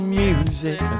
music